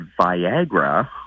Viagra